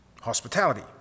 hospitality